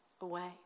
away